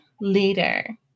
leader